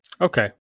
Okay